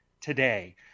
today